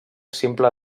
simple